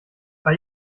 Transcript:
bei